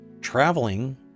traveling